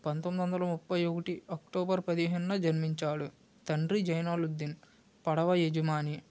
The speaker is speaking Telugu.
పంతొమ్మిది వందల ముప్పై ఒకటి అక్టోబర్ పదిహేనున జన్మించాడు తండ్రి జైనులబ్దిన్ పడవ యజమాని